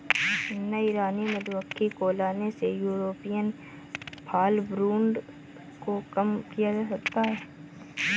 नई रानी मधुमक्खी को लाने से यूरोपियन फॉलब्रूड को कम किया जा सकता है